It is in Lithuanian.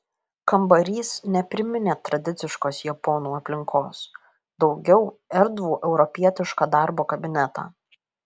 kambarys nepriminė tradiciškos japonų aplinkos daugiau erdvų europietišką darbo kabinetą